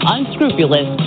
Unscrupulous